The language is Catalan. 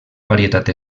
varietat